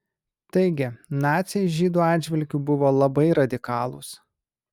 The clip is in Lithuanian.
taigi naciai žydų atžvilgiu buvo labai radikalūs